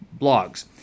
blogs